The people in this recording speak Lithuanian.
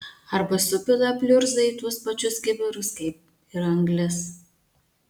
arba supila pliurzą į tuos pačius kibirus kaip ir anglis